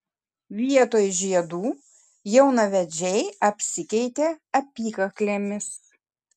vietoj žiedų jaunavedžiai apsikeitė apykaklėmis